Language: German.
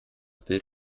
bild